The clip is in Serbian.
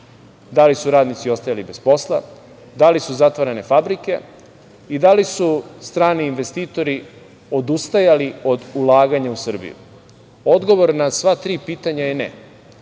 da li su radnici ostajali bez posla, da li su zatvarane fabrike i da li su strani investitori odustajali od ulaganja u Srbiju? Odgovor na sva tri pitanja je ne.